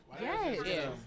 Yes